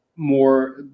more